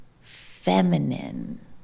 feminine